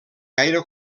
gaire